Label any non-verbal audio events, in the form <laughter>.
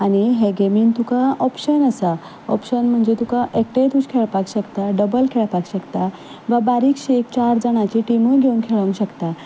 आनी हे गेमींत तुका ऑप्शन आसा ऑप्शन म्हणजे तुका एकटेय <unintelligible> खेळपाक शकता डबल खेळपाक शकता वा बारीकशी एक चार जाणांची टिमूय घेवून खेळोंक शकता